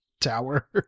tower